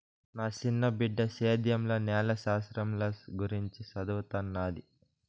నా సిన్న బిడ్డ సేద్యంల నేల శాస్త్రంల గురించి చదవతన్నాది